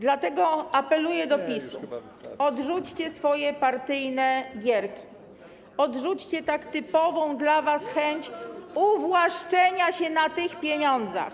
Dlatego apeluję do PiS-u: odrzućcie swoje partyjne gierki, odrzućcie tak typową dla was chęć uwłaszczenia się na tych pieniądzach.